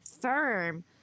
firm